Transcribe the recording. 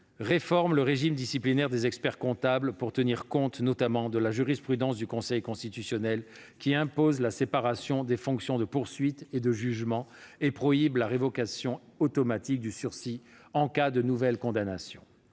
réforme le régime disciplinaire des experts-comptables pour tenir compte, notamment, de la jurisprudence du Conseil constitutionnel qui impose la séparation des fonctions de poursuite et de jugement et prohibe la révocation automatique du sursis, en cas de nouvelle condamnation.